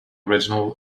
original